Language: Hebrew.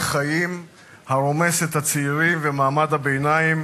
חיים הרומסת את הצעירים ומעמד הביניים,